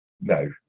No